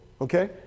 okay